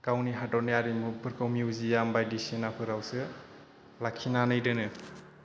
गावि हादतनि आरिमुफोरखौ मिउजियाम बायदिसिनाफोरावसो लाखिनानै दोनो